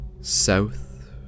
south